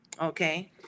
Okay